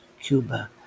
Cuba